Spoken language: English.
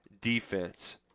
defense